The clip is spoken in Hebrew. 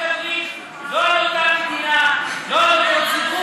זה לא חוק.